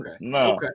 No